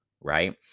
Right